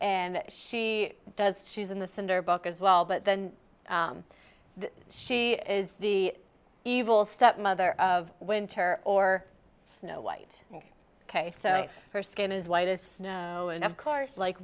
and she does she's in the center book as well but then she is the evil stepmother of winter or snow white ok so her skin is white as snow and of course like